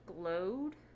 glowed